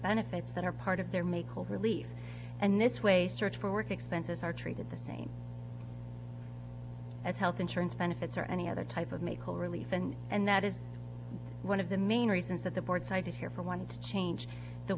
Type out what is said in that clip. benefits that are part of their make whole relief and this way search for work expenses are treated the same as health insurance benefits or any other type of maiko relief and and that is one of the main reasons that the board cited here for want to change the